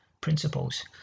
principles